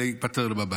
תיפתר להם הבעיה.